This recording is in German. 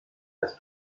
das